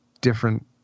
different